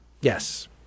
Yes